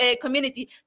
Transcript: community